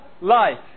life